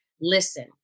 listen